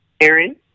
Aaron